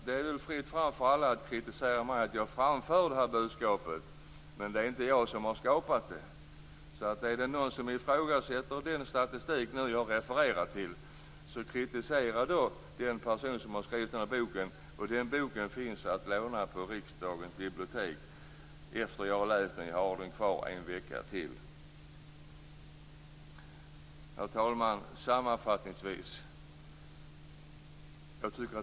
Det är fritt fram för alla att kritisera mig för att jag framför budskapet, men det är inte jag som har skapat det. Om någon ifrågasätter den statistik jag refererar till, kritisera då den person som har skrivit boken. Boken finns att låna på riksdagens bibliotek - efter det att jag har läst den, jag har den kvar en vecka till. Herr talman!